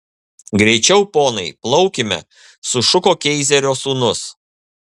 greičiau ponai plaukime sušuko keizerio sūnus